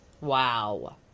wow